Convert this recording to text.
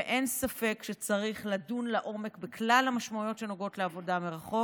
ואין ספק שצריך לדון לעומק בכלל המשמעויות שנוגעות לעבודה מרחוק.